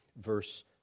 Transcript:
verse